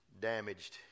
damaged